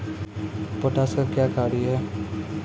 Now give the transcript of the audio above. Potash का क्या कार्य हैं?